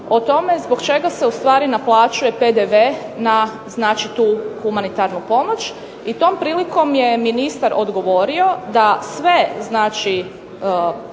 o tome zbog čega se ustvari naplaćuje PDV na tu humanitarnu pomoć i tom prilikom je ministar odgovorio da sve udruge